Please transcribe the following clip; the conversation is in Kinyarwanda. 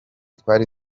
twari